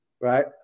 Right